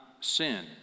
sin